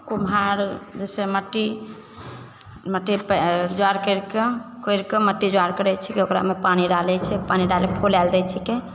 कुम्हार जैसे मट्टी मट्टी जर करि कऽ कोरि कऽ मट्टी जर करैत छै ओकरामे पानि डालैत छै पानि डालिके फुलै लए दै छिकै